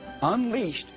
unleashed